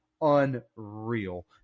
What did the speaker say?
unreal